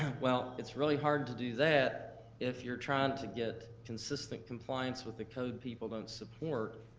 well, it's really hard to do that if you're trying to get consistent compliance with the code people don't support,